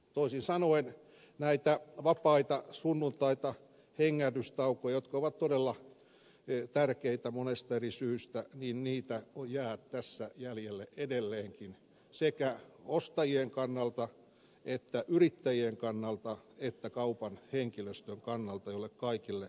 toisin sanoen näitä vapaita sunnuntaita hengähdystaukoja jotka ovat todella tärkeitä monesta eri syystä jää tässä jäljelle edelleenkin sekä ostajien kannalta yrittäjien kannalta että kaupan henkilöstön kannalta joille kaikille nämä ovat tärkeitä